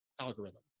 algorithm